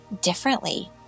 differently